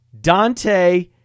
Dante